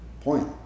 point